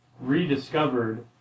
rediscovered